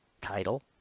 title